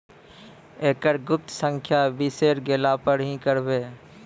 एकरऽ गुप्त संख्या बिसैर गेला पर की करवै?